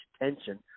attention